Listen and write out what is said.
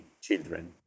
children